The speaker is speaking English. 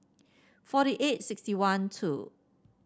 forty eight sixty one two